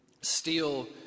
steal